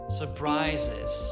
surprises